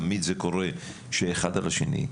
תמיד זה קורה שאחד על השני.